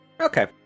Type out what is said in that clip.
Okay